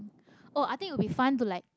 oh I think it will be fun to like